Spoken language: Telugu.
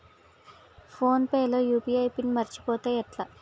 ఫోన్ పే లో యూ.పీ.ఐ పిన్ మరచిపోతే ఎట్లా?